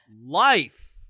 life